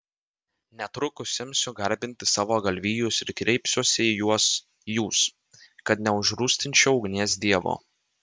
netrukus imsiu garbinti savo galvijus ir kreipsiuosi į juos jūs kad neužrūstinčiau ugnies dievo